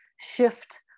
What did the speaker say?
shift